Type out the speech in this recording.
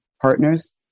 partners